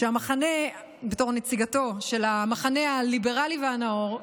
בתור נציגתו של המחנה הליברלי והנאור,